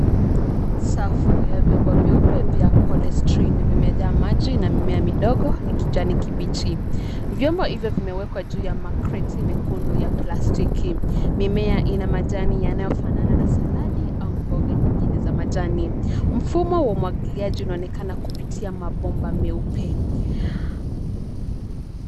Safu ya vyombo vyeupe vya polistrini vimejaa maji na mimea midogo ya kijani kibichi. Vyombo hivyo vimewekwa juu ya makreti mekundu ya plastiki. Mimea ina majani yanayofanana na saladi au mboga nyingine za majani. Mfumo wa umwagiliaji unaonekana kupitia mabomba meupe.